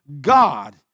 God